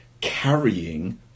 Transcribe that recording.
carrying